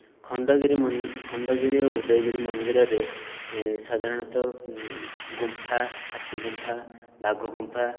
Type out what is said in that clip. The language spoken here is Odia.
ଖଣ୍ଡଗିରି ଖଣ୍ଡଗିରି ଓ ଉଦୟଗିରି ମନ୍ଦିରରେ ସାଧାରଣତଃ ଗୁମ୍ଫା ହାତୀ ଗୁମ୍ଫା ବାଘ ଗୁମ୍ଫା